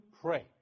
pray